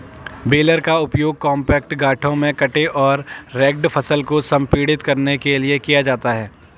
baler का उपयोग compact गांठों में कटे और रेक्ड फसल को संपीड़ित करने के लिए किया जाता है